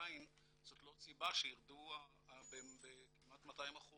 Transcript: עדיין זאת לא סיבה שירדו בכמעט 200%,